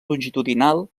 longitudinal